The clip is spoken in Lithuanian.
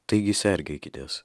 taigi sergėkitės